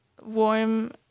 warm